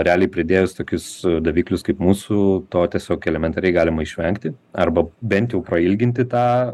realiai pridėjus tokius daviklius kaip mūsų to tiesiog elementariai galima išvengti arba bent jau prailginti tą